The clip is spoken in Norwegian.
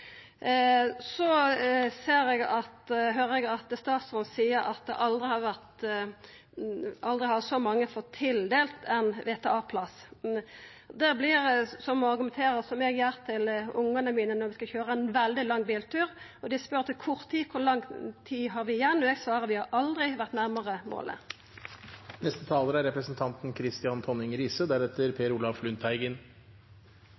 så mange fått tildelt VTA-plass. Det er å argumentera slik eg gjer til ungane mine når vi skal køyra ein veldig lang biltur. Når dei etter kort tid spør kor lang tid vi har igjen, svarer eg at vi aldri har vore nærmare målet. Jeg er